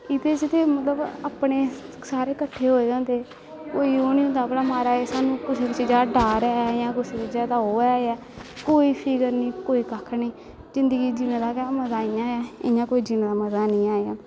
एह्दे च ते मतलब अपने सारे कट्ठे होए दे होंदे कोई ओह् निं होंदा कि म्हाराज सानूं कुसै चीजा दा डर ऐ जां कुसै चीजा दा ओह् ऐ कोई फिकर नेईं कोई कक्ख निं जिंदगी जीने दा गै मजा ऐ इ'यां कोई जीने दा मजा हैनी ऐ